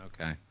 Okay